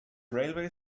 railway